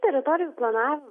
teritorijų planav